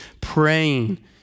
praying